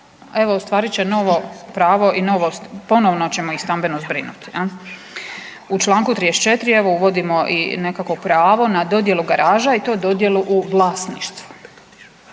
Evo ostvarit će novo pravo i novost ponovno ćemo ih stambeno zbrinuti. U članku 34. evo uvodimo i nekako pravo na dodjelu garaža i to dodjelu u vlasništvu.